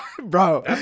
bro